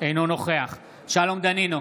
אינו נוכח שלום דנינו,